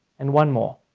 and one more,